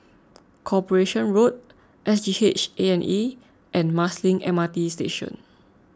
Corporation Road S G H A and E and Marsiling M R T Station